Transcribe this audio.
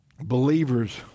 believers